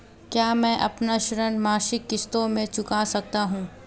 क्या मैं अपना ऋण मासिक किश्तों में चुका सकता हूँ?